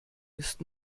ist